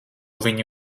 viņi